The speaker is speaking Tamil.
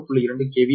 2 KV ஆகும்